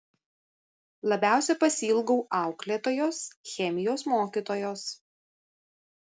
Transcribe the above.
labiausiai pasiilgau auklėtojos chemijos mokytojos